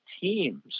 teams